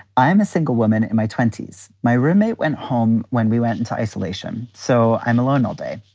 i am a single woman in my twenty s. my roommate went home when we went into isolation. so i'm alone all day.